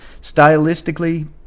Stylistically